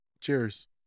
Cheers